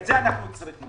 את זה אנחנו צריכים